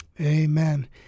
amen